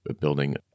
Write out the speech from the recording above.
building